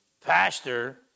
pastor